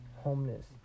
Homeless